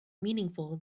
meaningful